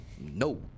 No